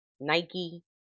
Nike